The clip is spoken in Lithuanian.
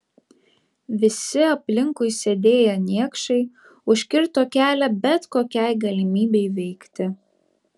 visi aplinkui sėdėję niekšai užkirto kelią bet kokiai galimybei veikti